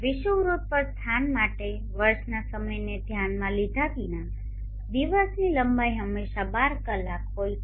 વિષુવવૃત્ત પર સ્થાન માટે વર્ષના સમયને ધ્યાનમાં લીધા વિના દિવસની લંબાઈ હંમેશાં 12 કલાક હોય છે